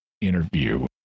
interview